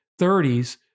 30s